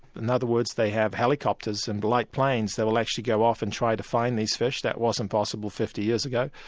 and other words, they have helicopters and light planes that will actually go off and try to find these fish. that wasn't possible fifty years ago.